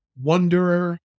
wanderer